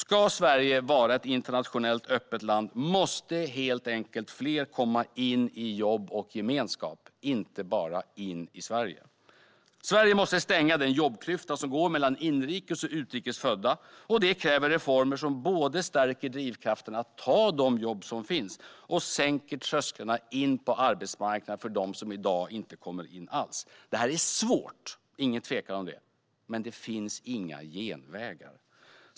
Om Sverige ska vara ett internationellt, öppet land måste helt enkelt fler komma in i jobb och gemenskap, och inte bara in i Sverige. Sverige måste stänga den jobbklyfta som går mellan inrikes och utrikes födda. Det kräver reformer som både stärker drivkrafterna att ta de jobb som finns och sänker trösklarna in på arbetsmarknaden för dem som i dag inte kommer in alls. Det här är svårt, ingen tvekan om det, men det finns inga genvägar.